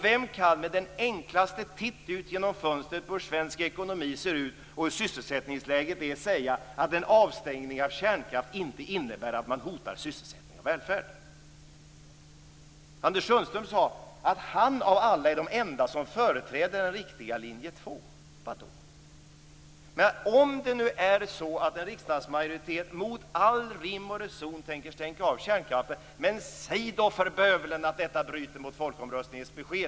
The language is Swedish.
Vem kan med den enklaste titt ut genom fönstret på hur svensk ekonomi ser ut och hur sysselsättningsläget är säga att en avstängning av kärnkraft inte innebär att man hotar sysselsättningen och välfärden? Anders Sundström sade att han av alla är den enda som företräder den riktiga linje 2. Vad då? Om det nu är så att en riksdagsmajoritet mot all rim och reson tänker stänga av kärnkraften - säg då för bövelen att detta bryter mot folkomröstningens besked!